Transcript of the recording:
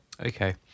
Okay